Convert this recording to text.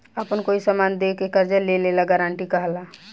आपन कोई समान दे के कर्जा लेला के गारंटी कहला